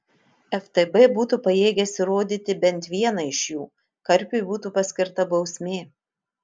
ftb būtų pajėgęs įrodyti bent vieną iš jų karpiui būtų paskirta bausmė